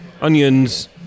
onions